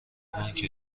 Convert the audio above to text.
بانک